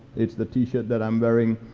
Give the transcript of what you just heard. it's the t-shirt that i'm wearing,